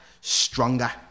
stronger